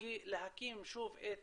להקים שוב את